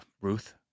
Ruth